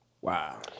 Wow